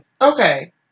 Okay